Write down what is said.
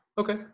Okay